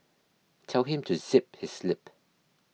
tell him to zip his lip